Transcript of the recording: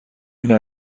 این